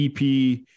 EP